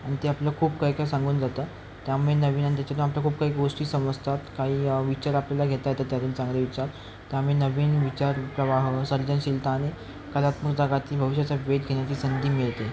आणि ते आपलं खूप काही काय सांगून जातं त्यामुळे नवीन आणि त्याच्यातून आपल्या खूप काही गोष्टी समजतात काही विचार आपल्याला घेता येतात त्यातून चांगले विचार त्यामुळे नवीन विचार प्रवाह सर्जनशीलता आणि कलात्मक जागातील भविष्याचा वेध घेण्याची संधी मिळते